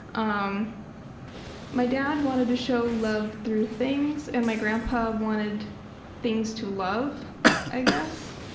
um my dad wanted to show love through things and my grandpa wanted things to love i guess?